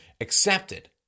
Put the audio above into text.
accepted